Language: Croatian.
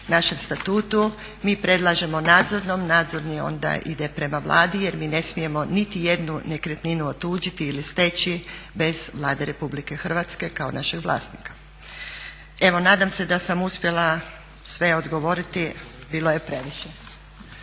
našem statutu mi predlažemo nadzornom, nadzorni onda ide prema Vladi jer mi ne smijemo nitijednu nekretninu otuđiti ili steći bez Vlade RH kao našeg vlasnika. Evo, nadam se da sam uspjela sve odgovoriti. Bilo je previše.